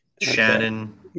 Shannon